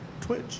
Twitch